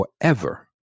forever